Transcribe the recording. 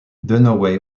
dunaway